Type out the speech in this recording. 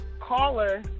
caller